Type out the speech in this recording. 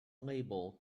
label